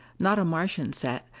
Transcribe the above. not a martian set,